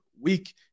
week